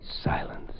Silence